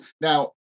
now